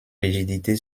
rigidité